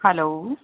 hello